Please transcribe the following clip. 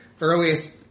Earliest